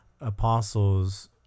apostles